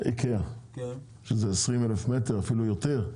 איקאה, זה 20,000 מטר, אפילו יותר.